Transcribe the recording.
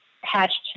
hatched